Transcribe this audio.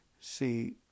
See